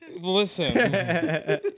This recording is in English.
Listen